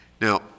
Now